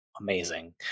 amazing